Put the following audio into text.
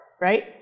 right